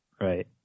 Right